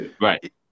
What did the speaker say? Right